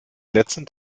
letzten